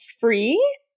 free